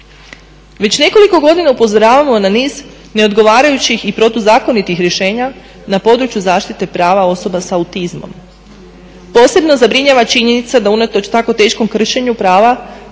Već nekoliko godina upozoravamo na niz neodgovarajućih i protuzakonitih rješenja na području zaštite prava osoba sa autizmom. Posebno zabrinjava činjenica da unatoč tako teškom kršenju prava